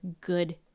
good